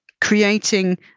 creating